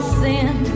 sin